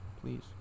please